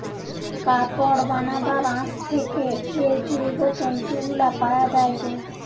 কাপড় বানাবার আঁশ থেকে যে জৈব তন্তু গুলা পায়া যায়টে